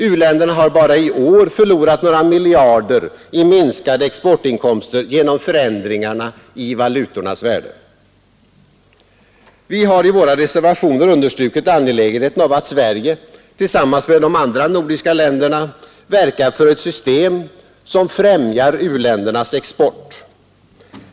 U-länderna har bara i år förlorat några miljarder i minskade exportinkomster genom förändringarna i valutornas värde. Vi har i våra reservationer understrukit angelägenheten av att Sverige tillsammans med de andra nordiska länderna verkar för ett system som främjar u-ländernas export.